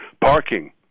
Parking